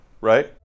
right